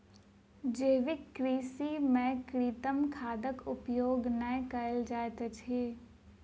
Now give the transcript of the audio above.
जैविक कृषि में कृत्रिम खादक उपयोग नै कयल जाइत अछि